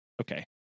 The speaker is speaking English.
okay